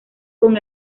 con